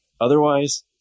otherwise